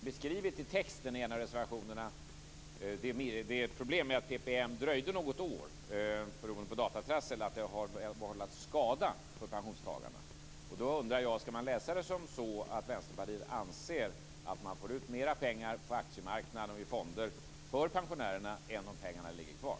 Herr talman! Ni beskriver i en av reservationerna att problemet att PPM beroende på datatrassel dröjde något år har vållat skada för pensionstagarna. Då undrar jag: Skall man läsa det så att Vänsterpartiet anser att man får ut mer pengar till pensionärerna på aktiemarknader och i fonder än om pengarna ligger kvar?